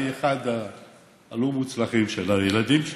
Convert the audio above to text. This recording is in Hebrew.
אני אחד הילדים הלא-מוצלחים שלה.